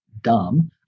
dumb